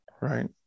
right